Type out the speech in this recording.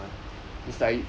ya